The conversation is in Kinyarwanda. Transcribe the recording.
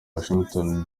washington